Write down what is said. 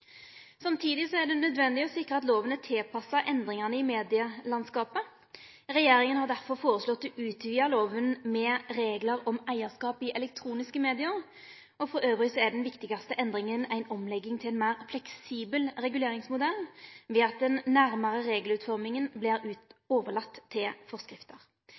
Samtidig er det nødvendig å sikre at loven er tilpassa endringane i medielandskapet. Regjeringa har derfor foreslått å utvide loven med reglar om eigarskap i elektroniske medier. Elles er den viktigaste endringa ei omlegging til ein meir fleksibel reguleringsmodell, ved at den nærmare regelutforminga blir overlaten til forskrifter.